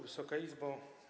Wysoka Izbo!